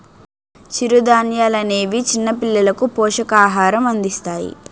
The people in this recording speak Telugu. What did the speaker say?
చిరుధాన్యాలనేవి చిన్నపిల్లలకు పోషకాహారం అందిస్తాయి